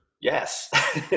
yes